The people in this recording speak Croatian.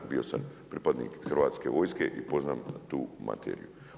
Bio sam pripadnik Hrvatske vojske i poznam tu materiju.